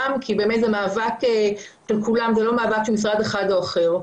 כי באמת זה מאבק של כולם ולא מאבק של משרד אחד זה או אחר.